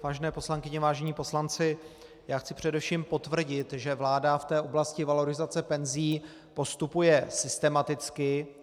Vážené poslankyně, vážení poslanci, chci především potvrdit, že vláda v oblasti valorizace penzí postupuje systematicky.